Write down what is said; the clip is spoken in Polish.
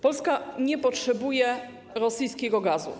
Polska nie potrzebuje rosyjskiego gazu.